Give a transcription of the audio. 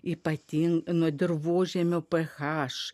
ypatingai nuo dirvožemio p h